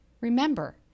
Remember